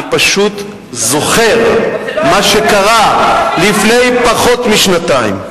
אני פשוט זוכר מה שקרה לפני פחות משנתיים.